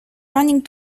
running